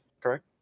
correct